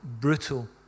brutal